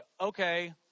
okay